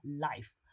life